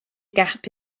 gap